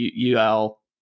UL